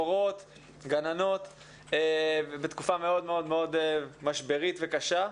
מורות וגננות ובתקופה מאוד משברית וקשה.